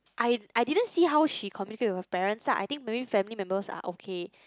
I I didn't see how she communicate with her parents lah I think maybe family members are okay